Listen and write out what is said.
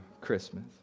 Christmas